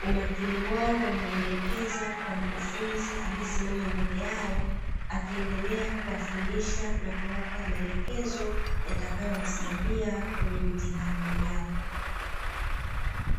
Umakini wao wamuelekeza kwa mkufunzi aliyesimama mbele yao, akiendelea kuwafundisha na kuwapa maelekezo yatakayowasaidia kwenye mitihani yao.